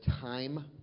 time